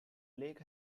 lake